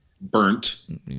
Burnt